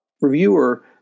reviewer